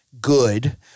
good